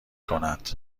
کند